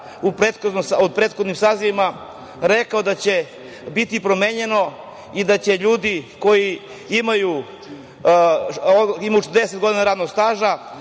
u prethodnim sazivima rekao da će biti promenjeno i da će ljudi koji imaju 40 godina radnog staža